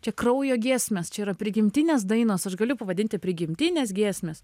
čia kraujo giesmės čia yra prigimtinės dainos aš galiu pavadinti prigimtinės giesmės